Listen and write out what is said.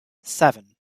seven